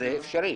וזה אפשרי.